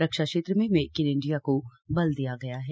रक्षा क्षेत्र में make in India को बल दिया गया है